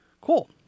Cool